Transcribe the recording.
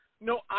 no